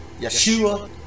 Yeshua